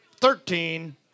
thirteen